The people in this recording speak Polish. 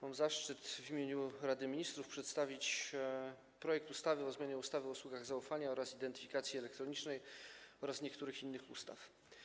Mam zaszczyt w imieniu Rady Ministrów przedstawić projekt ustawy o zmianie ustawy o usługach zaufania oraz identyfikacji elektronicznej oraz niektórych innych ustaw.